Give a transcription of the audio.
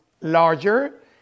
larger